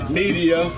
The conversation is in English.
media